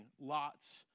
lots